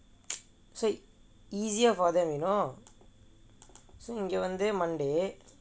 so it's easier for them you know so இங்கே வந்து:ingae vanthu monday